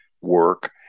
work